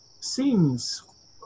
seems